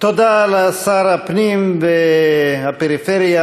תודה לשר הפנים ופיתוח הפריפריה,